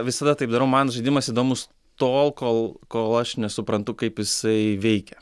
visada taip darau man žaidimas įdomus tol kol kol aš nesuprantu kaip jisai veikia